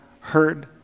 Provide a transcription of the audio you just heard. heard